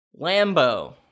Lambo